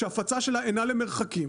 שההפצה שלה אינה למרחקים